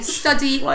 study